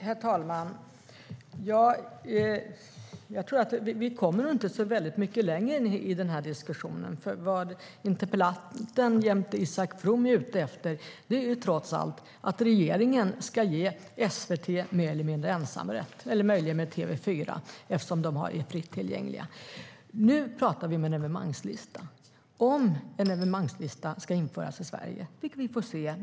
Herr talman! Vi kommer nog inte så mycket längre i den här diskussionen. Vad interpellanten jämte Isak From är ute efter är ju trots allt att regeringen ska ge SVT mer eller mindre ensamrätt, möjligen tillsammans med TV4, som ju är fritt tillgängligt. Nu talar vi om en evenemangslista. Om en sådan lista ska införas i Sverige får vi se.